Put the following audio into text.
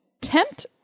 Tempt